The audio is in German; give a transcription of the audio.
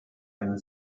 eine